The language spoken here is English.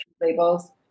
labels